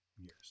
years